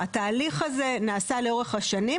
התהליך הזה נעשה לאורך השנים,